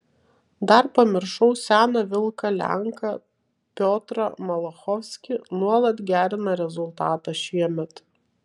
dar pamiršau seną vilką lenką piotrą malachovskį nuolat gerina rezultatą šiemet